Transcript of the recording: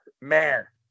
Mayor